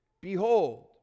Behold